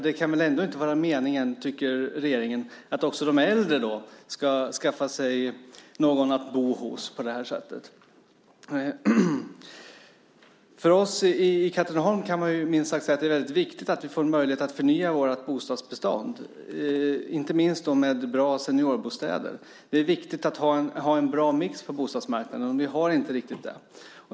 Det kan väl ändå inte vara regeringens mening att också de äldre ska skaffa sig någon att bo hos på det här sättet. För oss i Katrineholm är det minst sagt viktigt att vi får en möjlighet att förnya vårt bostadsbestånd, inte minst med bra seniorbostäder. Det är viktigt att ha en bra mix på bostadsmarknaden, och det har vi inte riktigt.